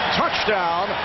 touchdown